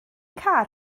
car